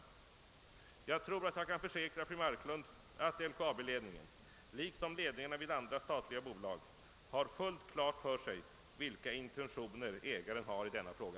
Och jag tror att jag kan försäkra fru Marklund att LKAB-ledningen, liksom ledningarna vid andra statliga bolag, har fullt klart för sig vilka intentioner ägaren har i denna fråga.